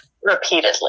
repeatedly